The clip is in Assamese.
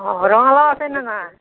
অ ৰঙালাও আছেনে নাই